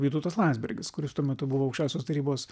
vytautas landsbergis kuris tuo metu buvo aukščiausios tarybos